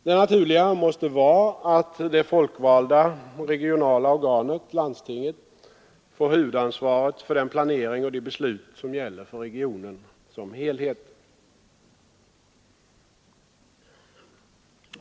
Det naturliga måste vara att det folkvalda regionala organet, landstinget, får huvudansvaret för den planering och de beslut som gäller för regionen som helhet.